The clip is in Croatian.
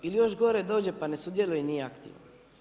Ili još gore, dođe pa ne sudjeluje, nije aktivan.